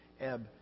ebb